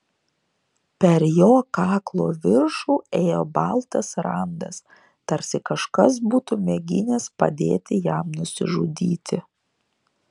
per jo kaklo viršų ėjo baltas randas tarsi kažkas būtų mėginęs padėti jam nusižudyti